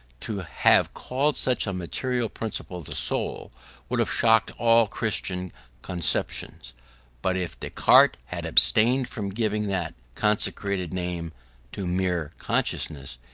to have called such a material principle the soul would have shocked all christian conceptions but if descartes had abstained from giving that consecrated name to mere consciousness,